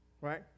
right